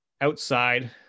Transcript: outside